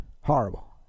Horrible